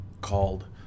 called